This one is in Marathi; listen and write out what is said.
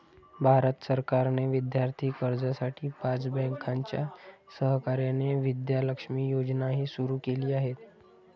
भारत सरकारने विद्यार्थी कर्जासाठी पाच बँकांच्या सहकार्याने विद्या लक्ष्मी योजनाही सुरू केली आहे